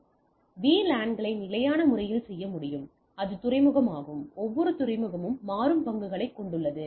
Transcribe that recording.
எனவே VLAN களை நிலையான முறையில் செய்ய முடியும் அது துறைமுகமாகும் ஒவ்வொரு துறைமுகமும் மாறும் பங்குகளைக் கொண்டுள்ளது